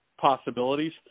possibilities